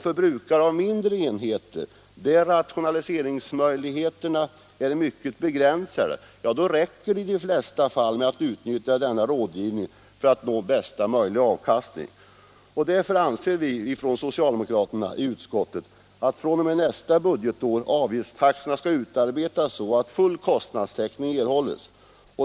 För brukare av mindre enheter, där rationaliseringsmöjligheterna är mycket begränsade, räcker det i de allra flesta fall med att utnyttja denna rådgivning för att uppnå bästa möjliga avkastning. Därför anser vi socialdemokrater i utskottet att avgiftstaxorna fr.o.m. nästa budgetår bör utarbetas så att full kostnadstäckning kan erhållas.